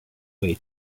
way